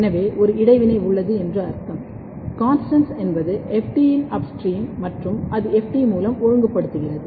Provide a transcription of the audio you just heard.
எனவே ஒரு இடைவினை உள்ளது என்று அர்த்தம் CONSTANS T என்பது FT இன் அப்ஸ்ட்ரீம் மற்றும் அது FT மூலம் ஒழுங்குபடுத்துகிறது